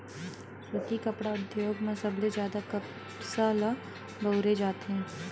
सुती कपड़ा उद्योग म सबले जादा कपसा ल बउरे जाथे